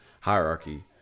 hierarchy